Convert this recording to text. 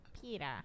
Peter